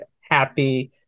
happy